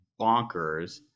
bonkers